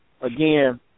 again